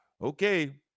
okay